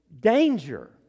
danger